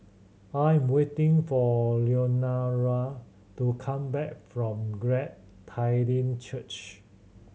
I'm waiting for Leonora to come back from Glad Tiding Church